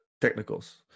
technicals